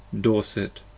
Dorset